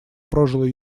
прожил